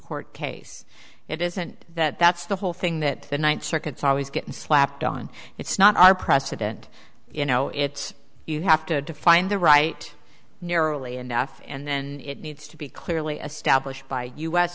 court case it isn't that that's the whole thing that the ninth circuit's always getting slapped on it's not our president you know it's you have to define the right narrowly enough and then it needs to be clearly established by u